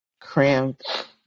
Cramped